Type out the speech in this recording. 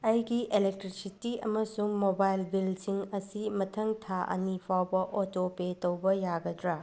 ꯑꯩꯒꯤ ꯑꯦꯂꯦꯛꯇ꯭ꯔꯤꯁꯤꯇꯤ ꯑꯃꯁꯨꯡ ꯃꯣꯕꯥꯏꯜ ꯕꯤꯜꯁꯤꯡ ꯑꯁꯤ ꯃꯊꯪ ꯊꯥ ꯑꯅꯤ ꯐꯥꯎꯕ ꯑꯣꯇꯣ ꯄꯦ ꯇꯧꯕ ꯌꯥꯒꯗ꯭ꯔꯥ